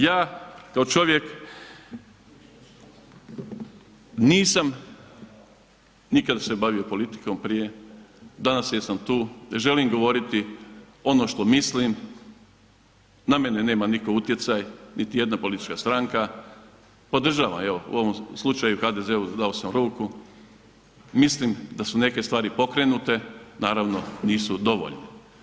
Ja kao čovjek nisam nikad se bavio politikom prije, danas jesam tu, želim govoriti ono što mislim, na mene nema nitko utjecaj niti jedna politička stranka, podržavam evo u ovom slučaju HDZ-u dao sam ruku, mislim da su neke stvari pokrenute, naravno nisu dovoljno.